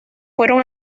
fueron